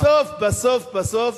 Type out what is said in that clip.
בסוף, בסוף, בסוף,